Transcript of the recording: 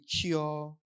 cure